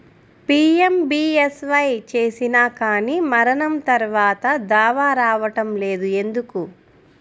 PMBSY చేసినా కానీ మరణం తర్వాత దావా రావటం లేదు ఎందుకు?